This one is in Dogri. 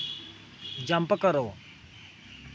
जंप करो